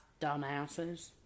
Dumbasses